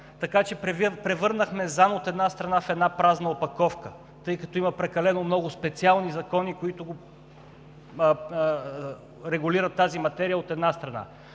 наказания, от една страна, в една празна опаковка, тъй като има прекалено много специални закони, които регулират тази материя. От друга страна,